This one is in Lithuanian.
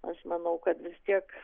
aš manau kad vis tiek